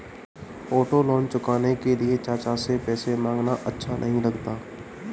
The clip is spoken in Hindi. ऑटो लोन चुकाने के लिए चाचा से पैसे मांगना अच्छा नही लगता